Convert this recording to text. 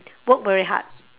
work very hard